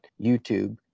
YouTube